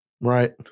Right